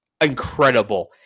incredible